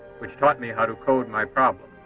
which taught me how to code my problem.